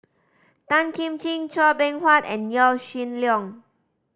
Tan Kim Ching Chua Beng Huat and Yaw Shin Leong